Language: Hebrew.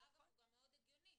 אגב, הוא גם מאוד הגיוני.